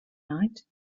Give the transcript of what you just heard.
night